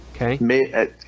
okay